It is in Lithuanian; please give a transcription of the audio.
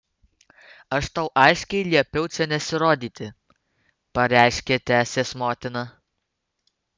aš tau aiškiai liepiau čia nesirodyti pareiškė tesės motina